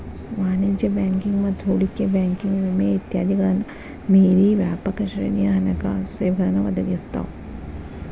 ವಾಣಿಜ್ಯ ಬ್ಯಾಂಕಿಂಗ್ ಮತ್ತ ಹೂಡಿಕೆ ಬ್ಯಾಂಕಿಂಗ್ ವಿಮೆ ಇತ್ಯಾದಿಗಳನ್ನ ಮೇರಿ ವ್ಯಾಪಕ ಶ್ರೇಣಿಯ ಹಣಕಾಸು ಸೇವೆಗಳನ್ನ ಒದಗಿಸ್ತಾವ